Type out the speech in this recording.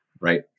Right